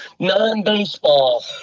Non-baseball